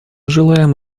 желаем